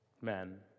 men